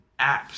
apps